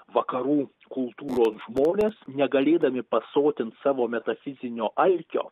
vakarų kultūros žmonės negalėdami pasotint savo metafizinio alkio